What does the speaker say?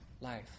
life